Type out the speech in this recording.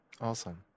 awesome